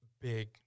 big